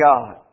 God